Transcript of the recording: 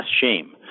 shame